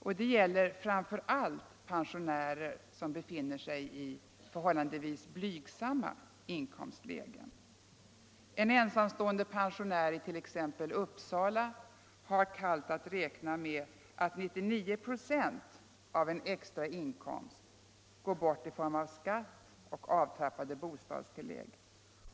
Detta gäller framför allt pensionärer som befinner sig i förhållandevis blygsamma inkomstlägen. En ensamstående pensionär i t.ex. Uppsala med en beskattningsbar inkomst på 25 000 kr. har kallt att räkna med att 99 96 av en extra inkomst går bort :i form av skatt och avtrappade bostadstillägg.